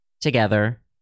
together